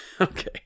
Okay